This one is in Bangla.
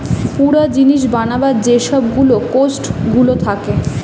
পুরা জিনিস বানাবার যে সব গুলা কোস্ট গুলা থাকে